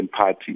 party